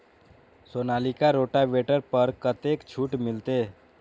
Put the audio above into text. Sonalika rotavator पर कतेक छूट मिलते?